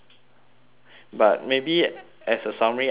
but maybe as a summary I can